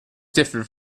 differed